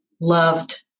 loved